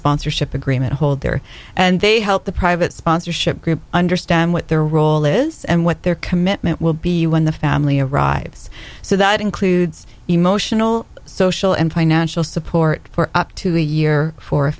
sponsorship agreement holder and they help the private sponsorship group understand what their role is and what their commitment will be when the family arrives so that includes emotional social and financial support for up to a year for a